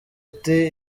uti